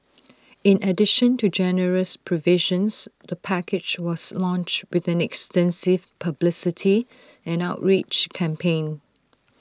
in addition to generous provisions the package was launched with an extensive publicity and outreach campaign